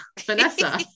Vanessa